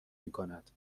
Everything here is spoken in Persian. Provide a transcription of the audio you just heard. میکند